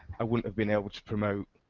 i wouldn't been able to promote